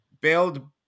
build